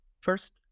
first